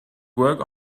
work